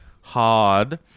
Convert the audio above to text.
hard